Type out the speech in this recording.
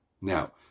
Now